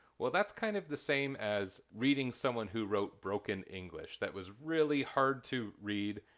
well, that's kind of the same as reading someone who wrote broken english that was really hard to read.